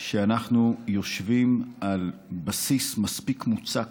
שאנחנו יושבים על בסיס מספיק מוצק